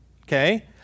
okay